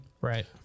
right